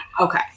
Okay